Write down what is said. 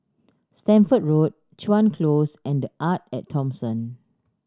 Stamford Road Chuan Close and The Arte At Thomson